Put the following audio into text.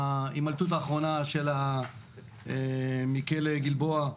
ההימלטות האחרונה מכלא גלבוע,